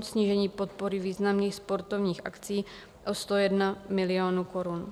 Snížení podpory významných sportovních akcí o 101 milionů korun.